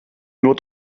nur